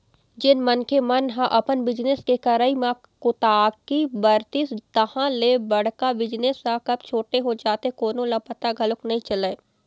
जेन मनखे मन ह अपन बिजनेस के करई म कोताही बरतिस तहाँ ले बड़का बिजनेस ह कब छोटे हो जाथे कोनो ल पता घलोक नइ चलय